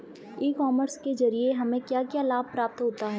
ई commerce के ज़रिए हमें क्या क्या लाभ प्राप्त होता है?